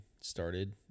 started